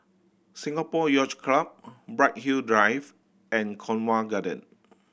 Singapore Yacht Club Bright Hill Drive and Cornwall Gardens